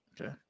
Okay